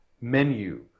menu